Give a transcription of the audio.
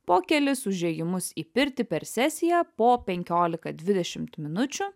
po kelis užėjimus į pirtį per sesiją po penkiolika dvidešimt minučių